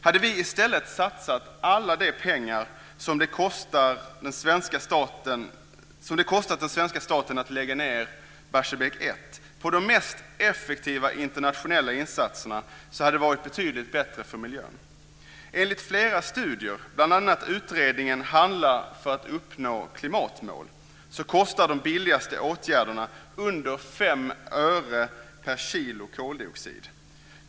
Hade vi i stället satsat alla de pengar som det kostat den svenska staten att lägga ned Barsebäck 1 på de mest effektiva internationella insatserna hade det varit betydligt bättre för miljö. Enligt flera studier, bl.a. utredningen Handla för att uppnå klimatmål, kostar de billigaste åtgärderna under 5 öre per kilo koldioxid.